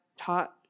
taught